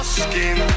skin